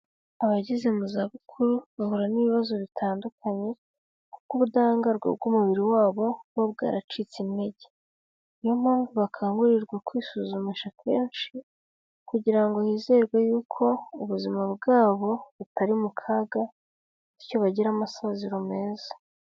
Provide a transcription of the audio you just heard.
Abageze mu zabukuru, bahura n'ibibazo bitandukanye, kuko ubudahangarwa bw'umubiri wabo, buba bwaracitse intege. Ni yo mpamvu bakangurirwa kwisuzumisha kenshi, kugira ngo hizerwe yuko ubuzima bwabo butari mu kaga, bityo bagire amasaziro meza.